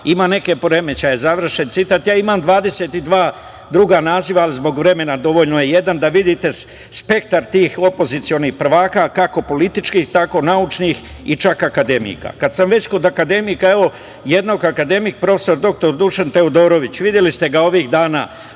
ima neke poremećaje, završen citat. Ja imam 22 druga naziva, ali zbog vremena dovoljno je jedan da vidite spektar tih opozicionih prvaka kako političkih, tako i naučnih i čak akademika. Kada sam već kod akademika, evo jednoga, prof. dr Dušan Teodorović, videli ste ga ovih dana.